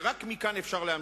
ורק מכאן, אפשר להמשיך.